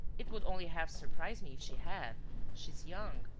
it would only half surprise me if she had she is young.